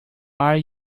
are